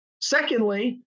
Secondly